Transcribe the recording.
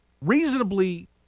reasonably